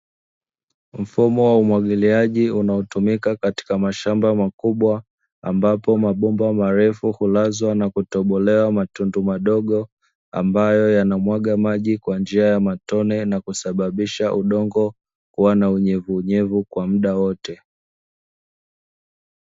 Mfumo wa umwagiliaji unaotumika katika mashamba makubwa ambapo mabomba marefu kulazwa na kutobolewa matundu madogo, ambayo yanamwaga maji kwa njia ya matone na kusababisha udongo wana unyevunyevu kwa muda wote.